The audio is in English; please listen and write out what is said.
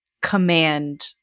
command